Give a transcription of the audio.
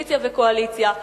אופוזיציה וקואליציה,